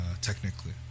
technically